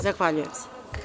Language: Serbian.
Zahvaljujem se.